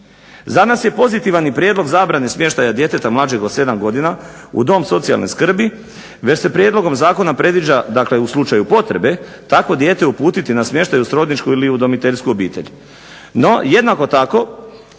Za nas je pozitivan i prijedlog zabrane smještaja djeteta mlađeg od 7 godina u dom socijalne skrbi. Već se prijedlogom zakona predviđa, dakle u slučaju potrebe takvo dijete uputiti na smještaj u srodničku ili udomiteljsku obitelj.